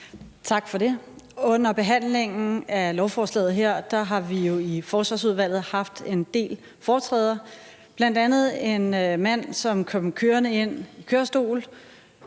Tak for det. Under behandlingen af lovforslaget her har vi jo i Forsvarsudvalget haft en del foretræder, bl.a. en mand, som kom kørende ind i kørestol.